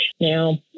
Now